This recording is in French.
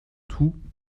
tout